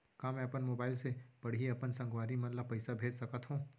का मैं अपन मोबाइल से पड़ही अपन संगवारी मन ल पइसा भेज सकत हो?